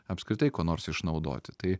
apskritai ko nors išnaudoti tai